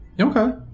okay